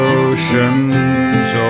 oceans